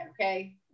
okay